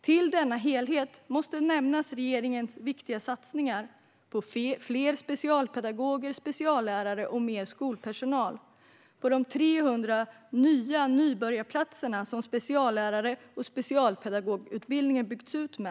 Till denna helhet måste läggas regeringens viktiga satsningar på fler specialpedagoger och speciallärare och mer skolpersonal och på de 300 nya nybörjarplatser som speciallärar och specialpedagogutbildningen byggts ut med.